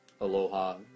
aloha